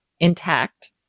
intact